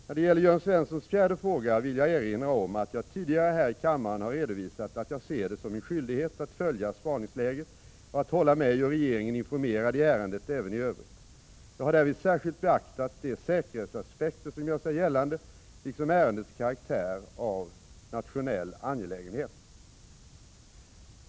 När det gäller Jörn Svenssons fjärde fråga vill jag erinra om att jag tidigare här i kammaren har redovisat att jag ser det som min skyldighet att följa spaningsläget och att hålla mig och regeringen informerad i ärendet även i övrigt. Jag har därvid särskilt beaktat de säkerhetsaspekter som gör sig gällande, liksom ärendets karaktär av nationell angelägenhet.